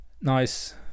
nice